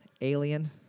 alien